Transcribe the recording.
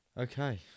Okay